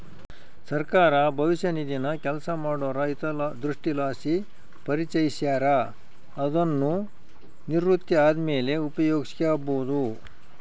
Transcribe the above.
ಸರ್ಕಾರ ಭವಿಷ್ಯ ನಿಧಿನ ಕೆಲಸ ಮಾಡೋರ ಹಿತದೃಷ್ಟಿಲಾಸಿ ಪರಿಚಯಿಸ್ಯಾರ, ಅದುನ್ನು ನಿವೃತ್ತಿ ಆದ್ಮೇಲೆ ಉಪಯೋಗ್ಸ್ಯಬೋದು